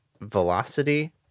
velocity